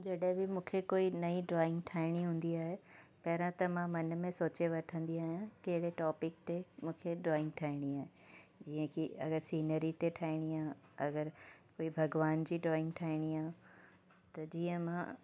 जॾहिं बि मूंखे कोई नईं ड्रॉइंग ठाहिणी हूंदी आहे पहिरें त मां मन में सोचे वठंदी आहियां कहिड़े टॉपिक ते मूंखे ड्रॉइंग ठाहिणी आहे जीअं की अगरि सीनरी ते ठाहिणी आहे अगरि कोई भॻवान जी ड्रॉइंग ठाहिणी आहे त जीअं मां